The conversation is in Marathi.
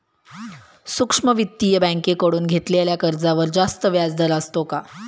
सूक्ष्म वित्तीय बँकेकडून घेतलेल्या कर्जावर जास्त व्याजदर असतो का?